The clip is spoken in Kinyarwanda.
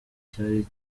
cyari